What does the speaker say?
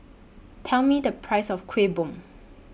Tell Me The Price of Kuih Bom